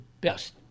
best